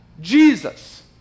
Jesus